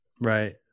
right